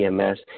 EMS